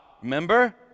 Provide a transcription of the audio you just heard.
remember